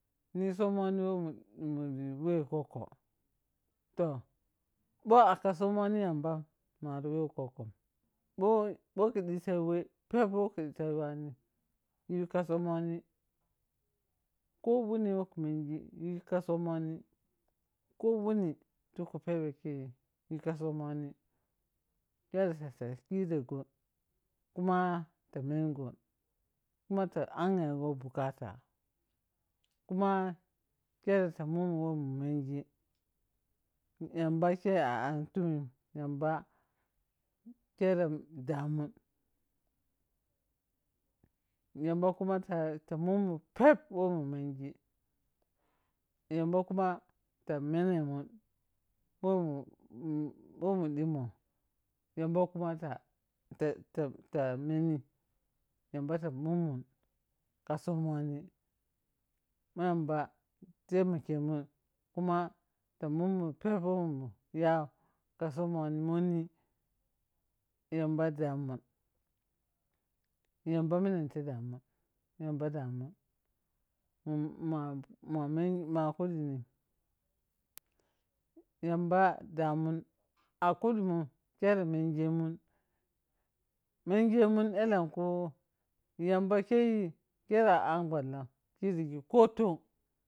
Ni somoni we muri we koho to bho aka somoni yambam, mwari we kokhon, bho ka deto ye we wo ka deta yuwani yi ka somoni, ho wuni wo ka yeghi yi ka somoni ko wuni to ku pebe kheyi ye ka somoni khere fa kireghon kuma mengon, kama anghe go bukata, kuma khere fa mun mun we mu menji yamba ke a an tumin, yamba khere damun, yamba kumatata mur mun peb wa mu menji yamba kuma ta menemun wo mun dimou yamba kuma tatata meni, yamba, ta munomum tiya somoni ma yamba baimkemu, kumo ta mun mun wo mun yau ka somon moni yambo damun, yamba menente damun, mwa kadim yamba damun, a kudmun khere mengemun, mengemun elenku yamba kheyi a an ballam kiriji ko ton.